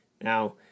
Now